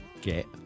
get